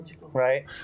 right